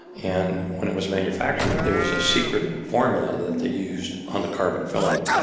and when it was manufactured, it was a secret formula that they used on the carbon filament.